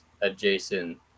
adjacent